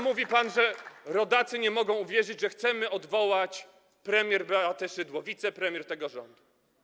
Mówi pan, że rodacy podobno nie mogą uwierzyć, że chcemy odwołać premier Beatę Szydło, wicepremier tego rządu.